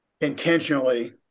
intentionally